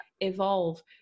evolve